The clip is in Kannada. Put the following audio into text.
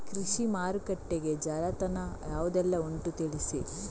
ಕೃಷಿ ಮಾರುಕಟ್ಟೆಗೆ ಜಾಲತಾಣ ಯಾವುದೆಲ್ಲ ಉಂಟು ತಿಳಿಸಿ